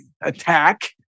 attack